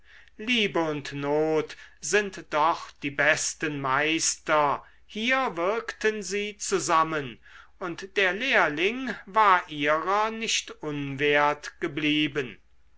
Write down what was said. liebe und not sind doch die besten meister hier wirkten sie zusammen und der lehrling war ihrer nicht unwert geblieben